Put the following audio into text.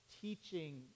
teaching